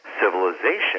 civilization